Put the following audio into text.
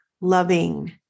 loving